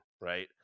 right